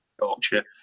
Yorkshire